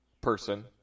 person